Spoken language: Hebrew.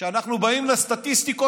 כשאנחנו באים לסטטיסטיקות,